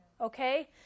okay